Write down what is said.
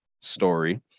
Story